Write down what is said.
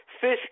Fish